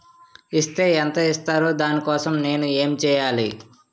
Is తే ఎంత ఇస్తారు దాని కోసం నేను ఎంచ్యేయాలి?